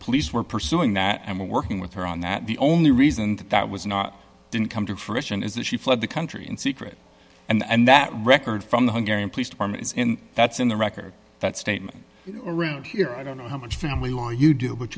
police were pursuing that and working with her on that the only reason that that was not didn't come to fruition is that she fled the country in secret and that record from hungary and police departments in that's in the record that statement around here i don't know how much family law you do but